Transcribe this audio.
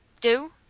Do